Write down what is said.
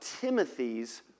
Timothy's